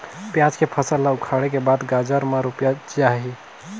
पियाज के फसल ला उखाड़े के बाद बजार मा रुपिया जाही?